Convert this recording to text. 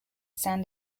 san